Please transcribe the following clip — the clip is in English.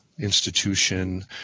institution